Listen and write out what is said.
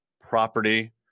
property